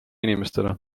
inimestele